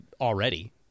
already